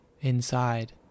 Inside